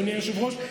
אדוני היושב-ראש,